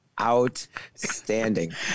Outstanding